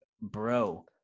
bro